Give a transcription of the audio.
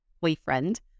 boyfriend